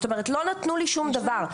זאת אומרת לא נתנו לי שום דבר,